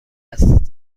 است